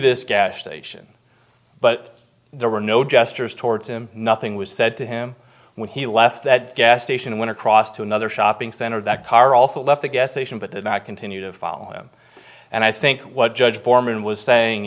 this gas station but there were no gestures towards him nothing was said to him when he left that gas station went across to another shopping center that car also left the gas ation but then i continue to follow him and i think what judge borman was saying